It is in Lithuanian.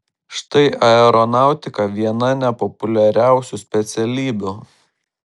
štai aeronautika viena nepopuliariausių specialybių